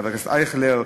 חבר הכנסת ישראל אייכלר,